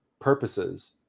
purposes